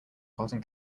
cotton